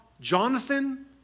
Jonathan